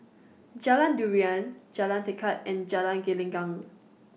Jalan Durian Jalan Tekad and Jalan Gelenggang